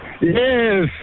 Yes